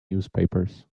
newspapers